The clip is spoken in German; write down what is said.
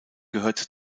gehört